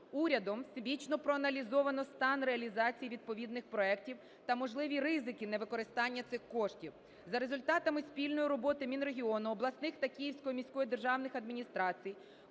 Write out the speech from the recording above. Урядом всебічно проаналізовано стан реалізації відповідних проектів та можливі ризики невикористання цих коштів. За результатами спільної роботи Мінрегіону, обласних та Київської міської державних адміністрацій